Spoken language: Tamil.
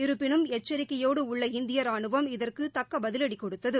இருப்பினும் எச்சிக்கையோடுஉள்ள இந்தியராணுவம் இதற்குதக்கபதிலடிகொடுத்தது